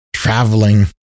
traveling